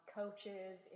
coaches